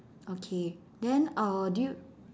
okay then uh do you